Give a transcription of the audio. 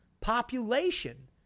population